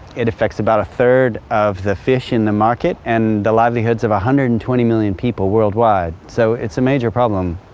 it affects about a third of the fish in the market and the livelihoods of one hundred and twenty million people worldwide, so it's a major problem.